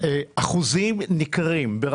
אחוזים ניכרים מן העובדים,